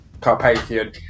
Carpathian